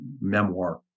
memoir